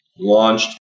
launched